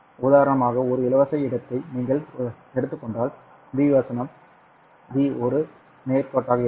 உதாரணமாக ஒரு இலவச இடத்தை நீங்கள் எடுத்துக் கொண்டால் b வசனம் V ஒரு நேர் கோட்டாக இருக்கும்